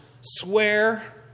swear